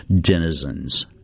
denizens